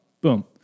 Boom